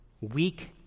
weak